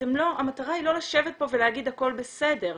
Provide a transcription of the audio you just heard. המטרה היא לא לשבת פה ולהגיד "הכל בסדר".